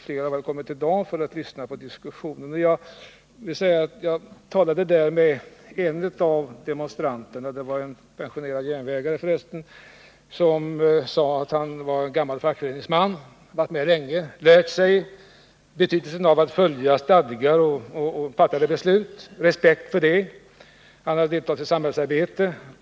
Fler har väl kommit i dag för att lyssna på diskussionen. Jag talade i går med en av demonstranterna, en pensionerad järnvägare som var gammal fackföreningsman. Han hade varit med länge och lärt sig betydelsen av att följa stadgar och fattade beslut. Han hyste respekt för det och hade länge deltagit i samhällsarbetet.